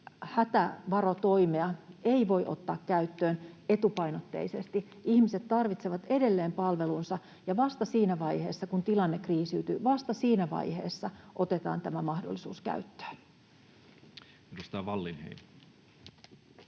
hätävarotoimea ei voi ottaa käyttöön etupainotteisesti. Ihmiset tarvitsevat edelleen palvelunsa, ja vasta siinä vaiheessa, kun tilanne kriisiytyy, otetaan tämä mahdollisuus käyttöön.